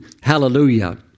Hallelujah